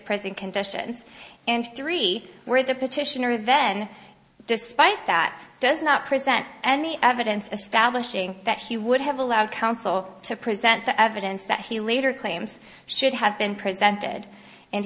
present conditions and three where the petitioner then despite that does not present any evidence establishing that he would have allowed counsel to present the evidence that he later claims should have been presented and